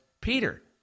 Peter